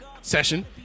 Session